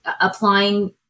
applying